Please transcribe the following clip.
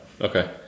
Okay